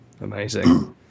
Amazing